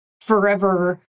forever